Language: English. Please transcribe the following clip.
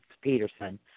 Peterson